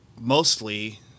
mostly